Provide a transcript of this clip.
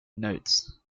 notes